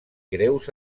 greus